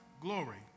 glory